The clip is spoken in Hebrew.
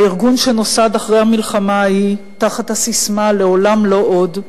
הארגון שנוסד אחרי המלחמה ההיא תחת הססמה "לעולם לא עוד",